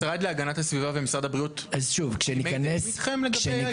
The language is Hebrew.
המשרד להגנת הסביבה ומשרד הבריאות -- אתכם לגבי האיזונים?